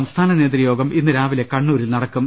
സംസ്ഥാന നേതൃയോഗം ഇന്ന് രാവിലെ കണ്ണൂരിൽ നടക്കും